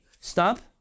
Stop